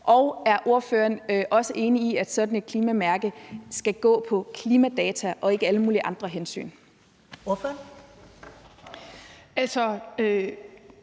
Og er ordføreren også enig i, at sådan et klimamærke skal gå på klimadata og ikke alle mulige andre hensyn? Kl.